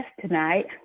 tonight